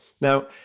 Now